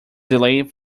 delayed